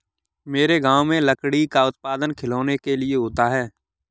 मेरे गांव में लकड़ी का उत्पादन खिलौनों के लिए होता है